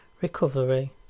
recovery